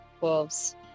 wolves